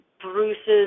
Bruce's